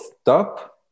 stop